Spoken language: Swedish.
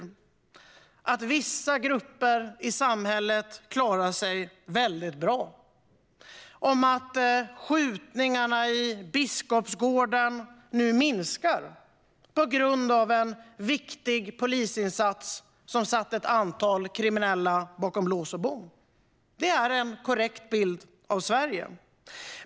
Den kan handla om att vissa grupper i samhället klarar sig väldigt bra. Den kan handla om att skjutningarna i Biskopsgården nu minskar till följd av en viktig polisinsats som satt ett antal kriminella bakom lås och bom. Det är en korrekt bild av Sverige.